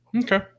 Okay